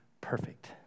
perfect